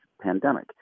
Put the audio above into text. pandemic